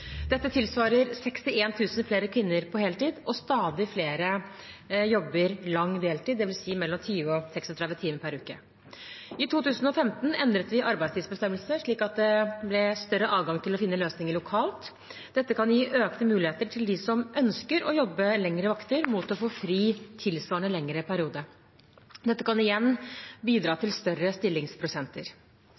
Dette tilsvarer 61 000 flere kvinner på heltid, og stadig flere jobber lang deltid, dvs. mellom 20 og 36 timer per uke. I 2015 endret vi arbeidstidsbestemmelsene slik at det ble større adgang til å finne løsninger lokalt. Dette kan gi økte muligheter til dem som ønsker å jobbe lengre vakter mot å få fri tilsvarende lengre periode. Dette kan igjen bidra til større stillingsprosenter.